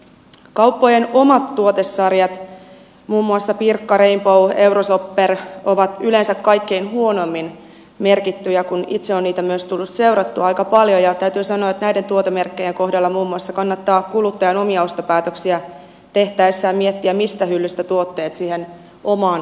kauppojen omat tuotesarjat muun muassa pirkka rainbow euro shopper ovat yleensä kaikkein huonoimmin merkittyjä kun itse on niitä myös tullut seurattua aika paljon ja täytyy sanoa että muun muassa näiden tuotemerkkien kohdalla kannattaa kuluttajan omia ostopäätöksiään tehdessä miettiä mistä hyllystä tuotteet siihen omaan ostoskoriinsa kerää